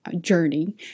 journey